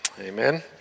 amen